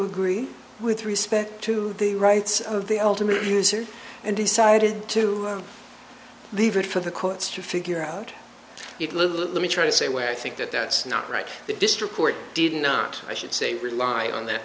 agree with respect to the rights of the ultimate user and decided to leave it for the courts to figure out if louis try to say where i think that that's not right the district court did not i should say rely on that